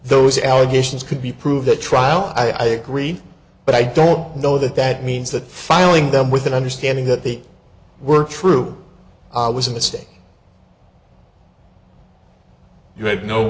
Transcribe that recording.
those allegations could be proved that trial i agree but i don't know that that means that filing them with an understanding that they were true was a mistake you